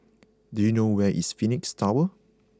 do you know where is Phoenix Tower